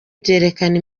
byerekana